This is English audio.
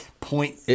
point